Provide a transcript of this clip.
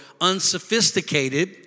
unsophisticated